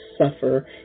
suffer